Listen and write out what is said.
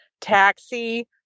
taxi